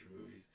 movies